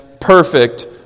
perfect